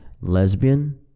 lesbian